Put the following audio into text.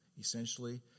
Essentially